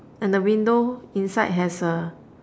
and the window inside has a